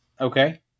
Okay